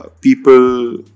people